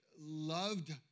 loved